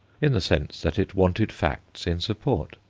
in the sense that it wanted facts in support.